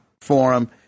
forum